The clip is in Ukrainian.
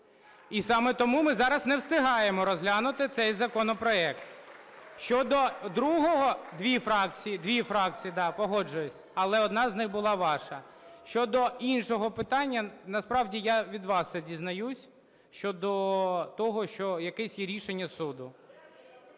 і саме тому ми зараз не встигаємо розглянути цей законопроект. Щодо другого… (Шум у залі) Дві фракції, дві фракції, да, погоджуюсь, але одна з них була ваша. Щодо іншого питання. Насправді я від вас це дізнаюсь, щодо того, що якесь є рішення суду.